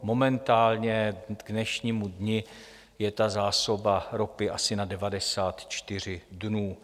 Momentálně k dnešnímu dni je ta zásoba ropy asi na 94 dnů.